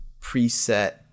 preset